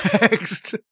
Next